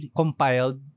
compiled